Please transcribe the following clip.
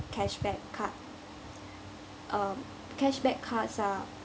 cashback card um cashback cards are